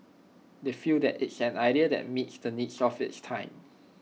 they feel that it's an idea that meets the needs of its time